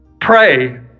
pray